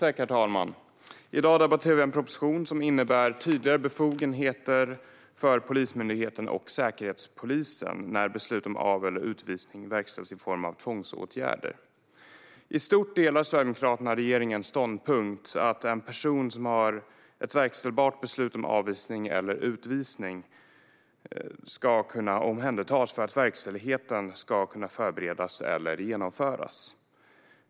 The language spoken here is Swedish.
Herr talman! I dag debatterar vi en proposition som innebär tydligare befogenheter för Polismyndigheten och Säkerhetspolisen när beslut om av eller utvisning verkställs i form av tvångsåtgärder. I stort håller Sverigedemokraterna med regeringen i dess ståndpunkt att en person som har ett verkställbart beslut om avvisning eller utvisning ska kunna omhändertas för att verkställigheten ska kunna förberedas eller genomföras.